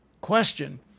question